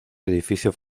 edificio